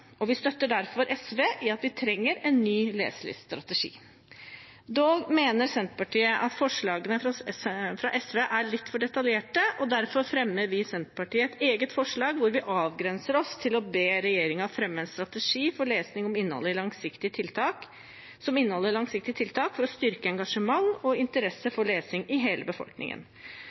og vi støtter derfor SV i at vi trenger en ny leselyststrategi. Dog mener Senterpartiet at forslagene fra SV er litt for detaljerte. Derfor fremmer vi i Senterpartiet et eget forslag hvor vi avgrenser oss til å be regjeringen fremme en strategi for lesing som inneholder langsiktige tiltak for å styrke engasjement og interesse for lesing i hele befolkningen.